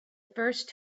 first